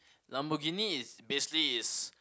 Lamborghini is basically is